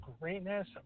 greatness